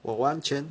我完全